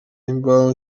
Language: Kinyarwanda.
imvaho